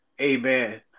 Amen